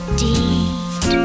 deed